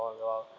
all the while